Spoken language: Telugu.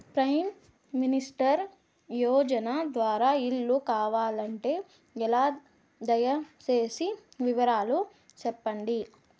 ప్రైమ్ మినిస్టర్ యోజన ద్వారా ఇల్లు కావాలంటే ఎలా? దయ సేసి వివరాలు సెప్పండి?